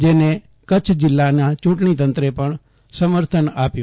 જેના કચ્છ જીલ્લાના ચુંટણી તંત્રે પણ સમર્થન આપ્યું છે